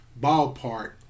Ballpark